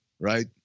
right